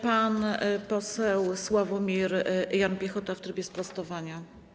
Pan poseł Sławomir Jan Piechota, w trybie sprostowania.